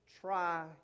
try